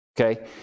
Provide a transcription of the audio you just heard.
okay